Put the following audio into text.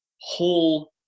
whole